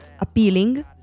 appealing